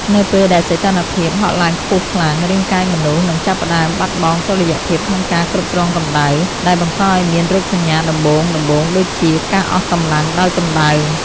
នៅពេលដែលសីតុណ្ហភាពហក់ឡើងខ្ពស់ខ្លាំង រាងកាយមនុស្សនឹងចាប់ផ្តើមបាត់បង់តុល្យភាពក្នុងការគ្រប់គ្រងកម្ដៅ ដែលបង្កឱ្យមានរោគសញ្ញាដំបូងៗដូចជា ការអស់កម្លាំងដោយកម្ដៅ។